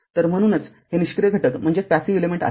तर म्हणूनच हे निष्क्रिय घटक आहेत